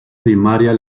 primaria